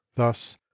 thus